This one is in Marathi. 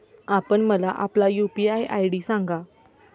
आपण मला आपला यू.पी.आय आय.डी सांगा